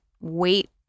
wait